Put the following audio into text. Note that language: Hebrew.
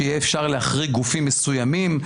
שיהיה אפשר להחריג גופים מסוימים.